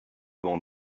bandes